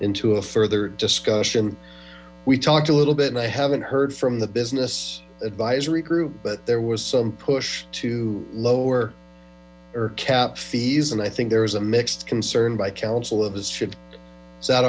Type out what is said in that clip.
into a further discussion we talked a little bit and i haven't heard from the business advisory group but there was some push t lower or cap fees and i think there was a mixed concern by